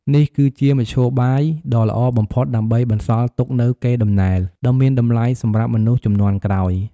នេះគឺជាមធ្យោបាយដ៏ល្អបំផុតដើម្បីបន្សល់ទុកនូវកេរដំណែលដ៏មានតម្លៃសម្រាប់មនុស្សជំនាន់ក្រោយ។